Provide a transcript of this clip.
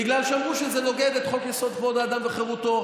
בגלל שאמרו שזה נוגד את חוק-יסוד: כבוד האדם וחירותו,